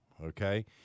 Okay